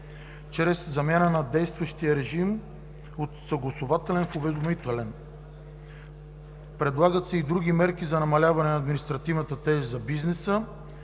чрез замяна на действащия режим от съгласувателен в уведомителен. Предлагат се и други мерки за намаляване на административната тежест за бизнеса.